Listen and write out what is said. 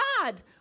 God